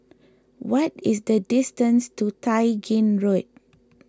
what is the distance to Tai Gin Road